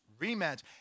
rematch